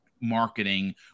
marketing